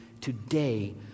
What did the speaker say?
today